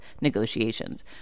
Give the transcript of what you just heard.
negotiations